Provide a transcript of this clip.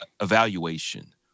evaluation